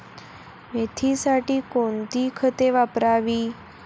मेथीसाठी कोणती खते वापरावी?